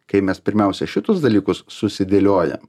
kai mes pirmiausia šitus dalykus susidėliojam